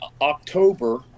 October